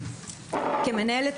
כמנהלת,